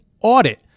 audit